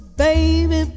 baby